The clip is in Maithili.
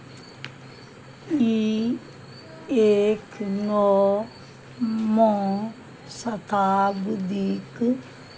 ई एक नओमे शताब्दीक